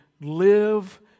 live